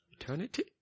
Eternity